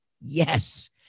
Yes